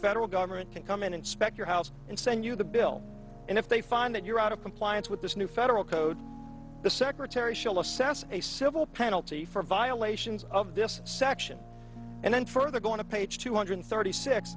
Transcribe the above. federal government can come in and spec your house and send you the bill and if they find that you're out of compliance with this new federal code the secretary shall assess a civil penalty for violations of this section and then further going to page two hundred thirty six